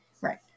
Right